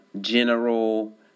general